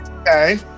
Okay